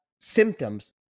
symptoms